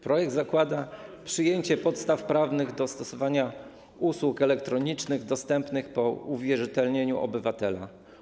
Projekt zakłada przyjęcie podstaw prawnych do stosowania usług elektronicznych dostępnych po uwierzytelnieniu obywatela.